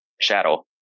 shadow